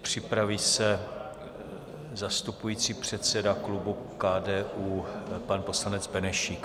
Připraví se zastupující předseda klubu KDU pan poslanec Benešík.